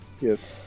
yes